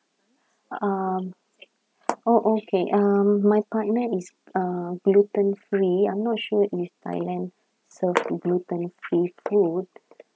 um oh okay um my partner is uh gluten free I'm not sure if thailand serve gluten free food